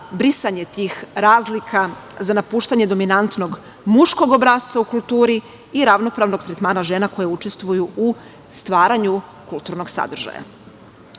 brisanje tih razlika za napuštanje dominantnog muškog obrasca o kulturi i ravnopravnog tretmana žena koje učestvuju u stvaranju kulturnog sadržaja. Kada